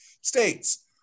states